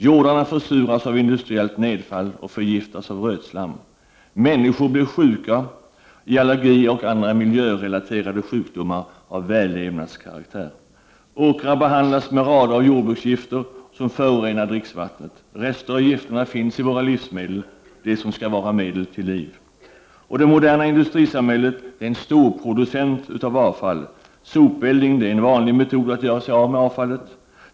Jordarna försuras av industriellt nedfall och förgiftas av rötslam. Människor blir sjuka i allergier och andra miljörelaterade sjukdomar av vällevnadskaraktär. Åkrarna behandlas med rader av jordbruksgifter som förorenar dricksvattnet. Rester av gifterna finns i våra livsmedel — det som skall vara medel till liv. Och det moderna industrisamhället är en storproducent av avfall. Sopeldning är en vanlig metod att göra sig av med avfallet.